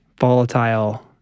volatile